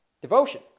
Devotion